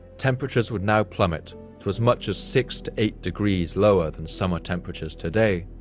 temperatures would now plummet to as much as six to eight degrees lower than summer temperatures today.